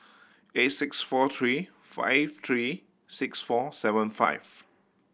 eight six four three five three six four seven five